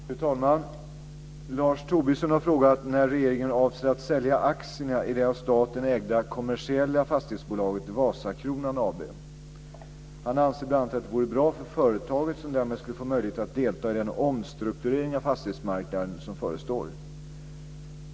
Fru talman! Lars Tobisson har frågat när regeringen avser att sälja aktierna i det av staten ägda kommersiella fastighetsbolaget Vasakronan AB. Han anser bl.a. att det vore bra för företaget som därmed skulle få möjlighet att delta i den omstrukturering av fastighetsmarknaden som förestår.